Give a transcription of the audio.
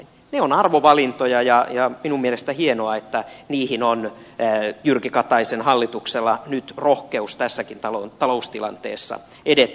ne ovat arvovalintoja ja minun mielestäni on hienoa että niihin on jyrki kataisen hallituksella nyt rohkeus tässäkin taloustilanteessa edetä